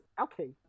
Okay